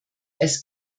als